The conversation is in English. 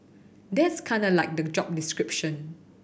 that's kinda like the job description